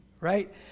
right